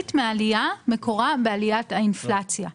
מהעלייה, מקורה בעליית האינפלציה.